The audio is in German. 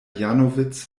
janowitz